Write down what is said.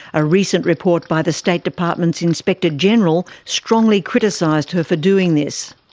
a recent report by the state department's inspector general strongly criticised her for doing this.